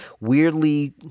weirdly